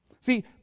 See